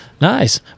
Nice